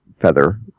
feather